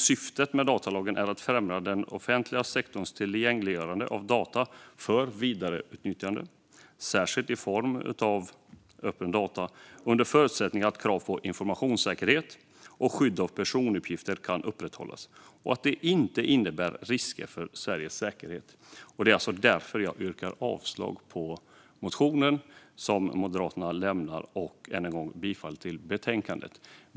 Syftet med datalagen är att främja den offentliga sektorns tillgängliggörande av data för vidareutnyttjande, särskilt i form av öppna data, under förutsättning att krav på informationssäkerhet och skydd av personuppgifter kan upprätthållas och att det inte innebär risker för Sveriges säkerhet. Det är alltså därför jag yrkar avslag på motionen som Moderaterna har lämnat och, än en gång, bifall till förslaget.